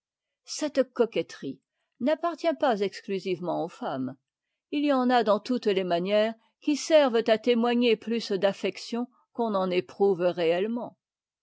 cette coquetterie n'appartient pas exclusivement aux femmes il y en a dans toutes les manières qui servent à témoigner plus d'affection qu'on n'en éprouve réellement